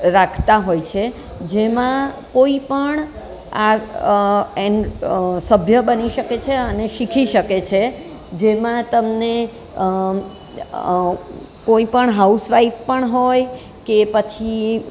રાખતા હોય છે જેમાં કોઈપણ આ એન સભ્ય બની શકે છે અને શીખી શકે છે જેમાં તમને કોઈપણ હાઉસ વાઈફ પણ હોય કે પછી